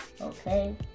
okay